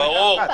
דיפרנציאלית,